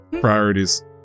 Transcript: priorities